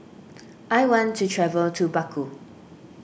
I want to travel to Baku